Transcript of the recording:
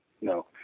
No